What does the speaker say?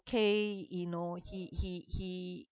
okay you know he he he